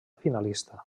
finalista